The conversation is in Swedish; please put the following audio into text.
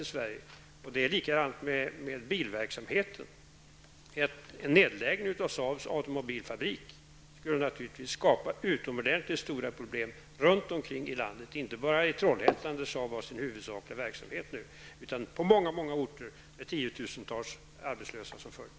Det förhåller sig på samma sätt med bilindustrin. En nedläggning av Saabs automobilfabrik skulle naturligtvis skapa utomordentligt stora problem på flera håll i landet, inte bara i Trollhättan där Saab har sin huvudsakliga verksamhet, utan även på många andra orter med tiotusentals arbetslösa som följd.